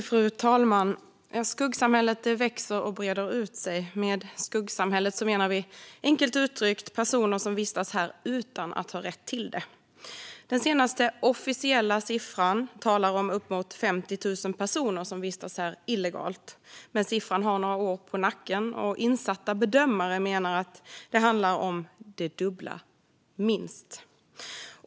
Fru talman! Skuggsamhället växer och breder ut sig. Med skuggsamhället menar vi enkelt uttryckt personer som vistas här utan att ha rätt till det. Den senaste officiella siffran talar om uppemot 50 000 personer som vistas här illegalt. Men siffran har några år på nacken, och insatta bedömare menar att det handlar om minst det dubbla.